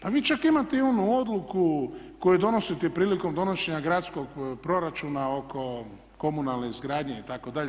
Pa vi čak imate i onu odluku koju donosite prilikom donošenja gradskog proračuna oko komunalne izgradnje itd.